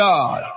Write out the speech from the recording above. God